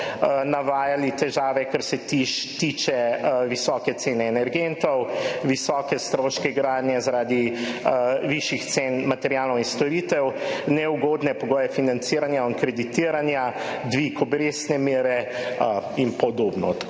navajali težave, kar se tiče visoke cene energentov, visokih stroškov gradnje zaradi višjih cen materialov in storitev, neugodnih pogojev financiranja in kreditiranja, dviga obrestne mere in podobno.